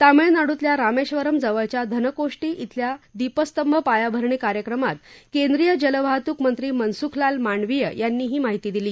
तामिळनाडूतल्या रामेश्वरम जवळच्या धनकोष्टी क्वें दीपस्तंभ पायाभरणी कार्यक्रमात केंद्रीय जलवाहतूक मंत्री मनसुखलाल मांडवीया यांनी हि माहिती दिली